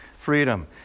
Freedom